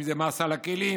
אם זה מס על הכלים,